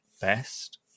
best